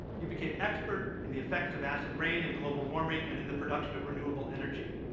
you became expert in the effects of acid rain and global warming, and in the production of renewable energy.